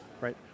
right